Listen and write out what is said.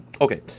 okay